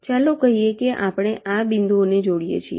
ચાલો કહીએ આપણે આ બિંદુઓને જોડીએ છીએ